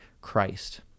Christ